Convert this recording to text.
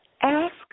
Ask